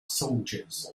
soldiers